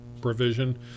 provision